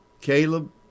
Caleb